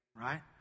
Right